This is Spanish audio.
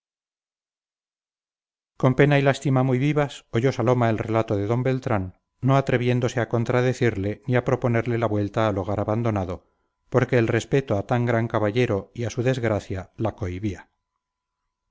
con pena y lástima muy vivas oyó saloma el relato de d beltrán no atreviéndose a contradecirle ni a proponerle la vuelta al hogar abandonado porque el respeto a tan gran caballero y a su desgracia la cohibía